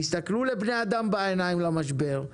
תסתכלו לבני אדם בעיניים למשבר,